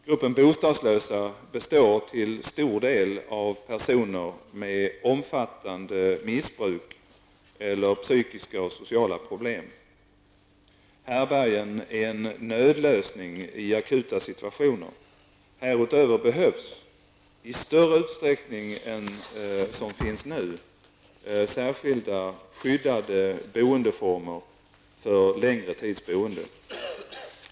Gruppen bostadslösa består till stor del av personer med omfattande missbruk eller psykiska och sociala problem. Härbärgen är en nödlösning i akuta situationer. Härutöver behövs -- i större utsträcking än som finns nu -- särskilda, skyddade boendeformer för längre tids boende.